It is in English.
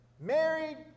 married